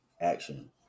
action